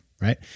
right